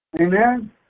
Amen